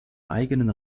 eigenen